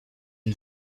une